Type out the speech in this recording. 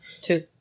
Two